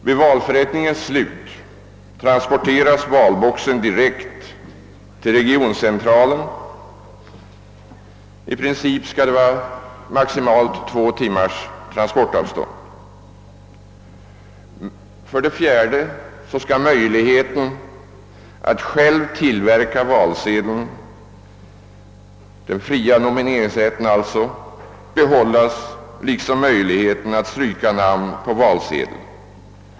Vid valförrättningens slut transporteras valboxen direkt till regioncentralen. I princip skall transporttiden maximalt vara två timmar. För det fjärde skall möjligheten för den röstande att själv tillverka valsedlar — den fria nomineringsrätten — behållas liksom möjligheten att stryka namn på valsedeln.